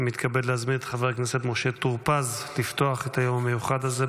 אני מתכבד להזמין את חבר הכנסת משה טור פז לפתוח את היום המיוחד הזה.